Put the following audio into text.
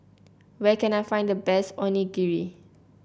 where can I find the best Onigiri